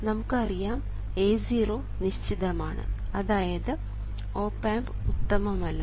നമുക്ക് പറയാം A0 നിശ്ചിതമാണ് അതായത് ഓപ് ആമ്പ് ഉത്തമമല്ല